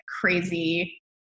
crazy